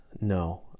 No